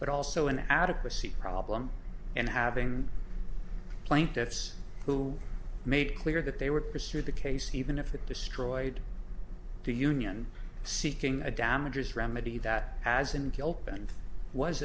but also an adequacy problem and having plaintiffs who made clear that they would pursue the case even if it destroyed to union seeking a damages remedy that has